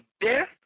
death